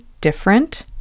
different